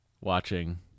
watching